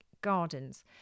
gardens